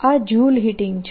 આ Joule heating છે